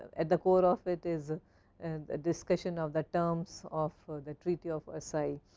at the core of it is and discussion of the terms of the treaty of a side.